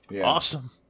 Awesome